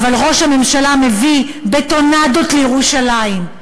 אבל ראש הממשלה מביא בטונדות לירושלים,